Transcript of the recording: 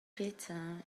pizza